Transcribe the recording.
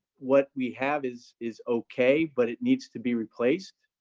what we have is is okay, but it needs to be replaced?